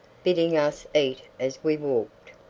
bidding us eat as we walked.